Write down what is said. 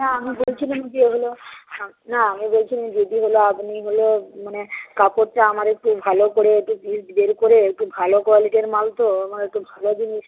না আমি বলছিলাম যে ওগুলো না আমি বলছিলাম যদি হলো আপনি হলো মানে কাপড়টা আমার একটু ভালো করে বের করে একটু ভালো কোয়ালিটির মাল তো আমার একটু ভালো জিনিস